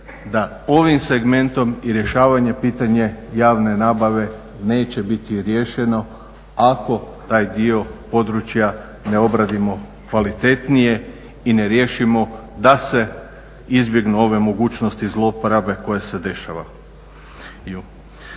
da ovim segmentom i rješavanje pitanja javne nabave neće biti riješeno ako taj dio područja ne obradimo kvalitetnije i ne riješimo da se izbjegnu ove mogućnosti zlouporabe koje se dešavaju.